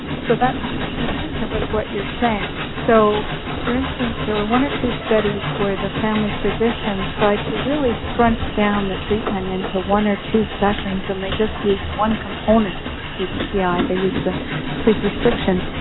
so that's consistent with what you're saying. so for instance, there were one or two studies where the family physician tried to really scrunch down the treatment into one or two sessions, and they just used one component of cbti, ah they use the sleep restriction,